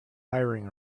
hiring